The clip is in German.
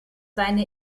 seine